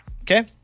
Okay